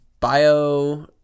Bio